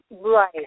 Right